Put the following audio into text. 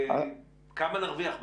כמה נרוויח בהם?